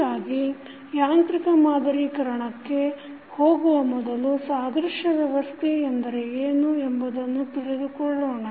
ಹೀಗಾಗಿ ಯಾಂತ್ರಿಕ ಮಾದರೀಕರಣಕ್ಕೆ ಹೋಗುವ ಮೊದಲು ಸಾದೃಶ್ಯ ವ್ಯವಸ್ಥೆ ಎಂದರೆ ಏನು ಎಂಬುದನ್ನು ತಿಳಿದುಕೊಳ್ಳೋಣ